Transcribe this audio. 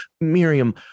Miriam